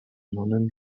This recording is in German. nonnen